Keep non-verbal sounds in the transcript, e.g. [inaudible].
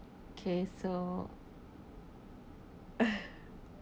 okay so [laughs]